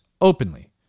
openly